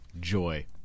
Joy